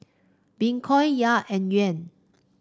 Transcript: Bitcoin Kyat and Yuan